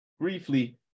briefly